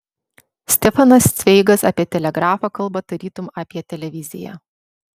stefanas cveigas apie telegrafą kalba tarytum apie televiziją